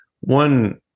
one